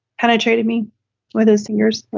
penetrated me with his fingers.